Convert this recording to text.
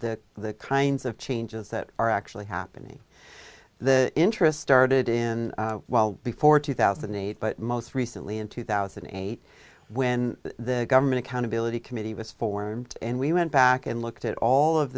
about the kinds of changes that are actually happening the interest started in well before two thousand and eight but most recently in two thousand and eight when the government accountability committee was formed and we went back and looked at all of